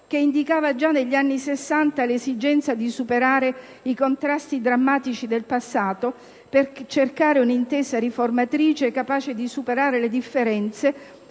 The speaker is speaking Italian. indicava - già negli anni Sessanta - l'esigenza di superare i contrasti drammatici del passato per cercare un'intesa riformatrice capace di superare le differenze